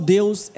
Deus